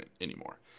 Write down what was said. anymore